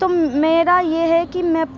تو میرا یہ ہے کہ میں